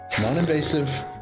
Non-invasive